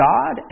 God